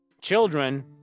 children